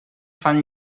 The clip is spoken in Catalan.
fan